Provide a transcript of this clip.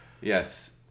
Yes